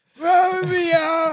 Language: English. Romeo